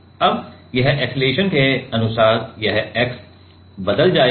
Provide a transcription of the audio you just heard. अब यह अक्सेलरेशन के अनुसार यह x बदल जाएगा